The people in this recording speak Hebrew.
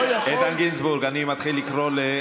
איתן גינזבורג, אני מתחיל לקרוא לסדר.